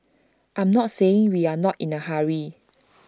I'm not saying we are not in A hurry